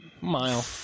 Mile